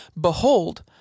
Behold